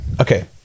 Okay